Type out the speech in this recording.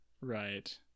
Right